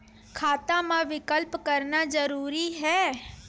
खाता मा विकल्प करना जरूरी है?